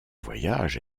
voyage